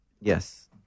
Yes